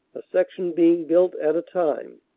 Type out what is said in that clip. a section being built at a time.